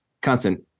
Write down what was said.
constant